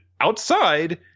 outside